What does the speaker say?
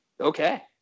Okay